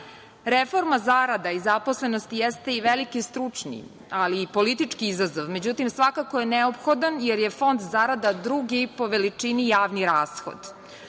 države. Reforma zarada i zaposlenosti jeste i veliki stručni, ali i politički izazov. Međutim, svakako je neophodan, jer je fond zarada drugi po veličini javni rashod.